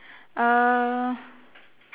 uh